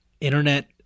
internet